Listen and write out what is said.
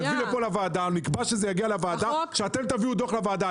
להביא לוועדה - שאתם תביאו דוח לוועדה.